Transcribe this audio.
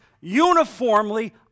uniformly